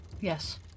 Yes